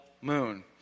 moon